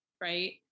right